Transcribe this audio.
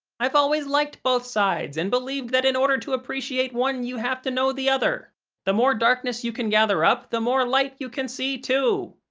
i've always liked both sides and believed that in order to appreciate one you have to know the other the more darkness you can gather up, the more light you can see too.